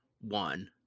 one